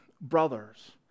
brothers